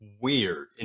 weird